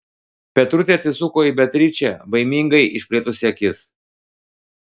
petrutė atsisuko į beatričę baimingai išplėtusi akis